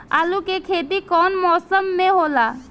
आलू के खेती कउन मौसम में होला?